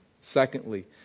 Secondly